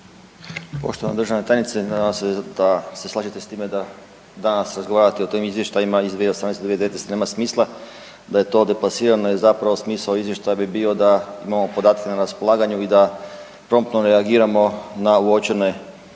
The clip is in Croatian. Poštovana državna tajnice, nadam se da se slažete s time da danas razgovarati o temi izvještajima iz 2018., 2019. nema smisla, da je to deplasirano i zapravo smisao izvještaja bi bio da imamo podatke na raspolaganju i da promptno reagiramo na uočene